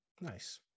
nice